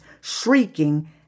shrieking